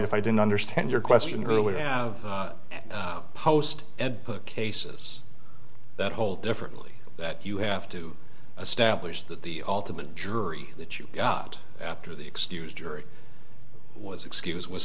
if i didn't understand your question earlier i have post and book cases that hold differently that you have to establish that the ultimate jury that you got after the excused jury was excuse was